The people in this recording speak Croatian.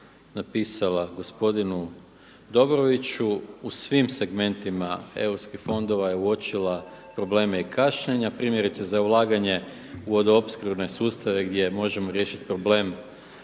napisala gospodinu Dobroviću. U svim segmentima europskih fondova je uočila probleme i kašnjenja. Primjerice za ulaganje u vodoopskrbne sustave gdje možemo riješiti problem